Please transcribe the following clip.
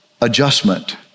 adjustment